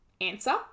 Answer